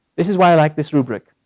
this is why i like this rubric.